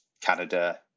Canada